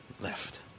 Left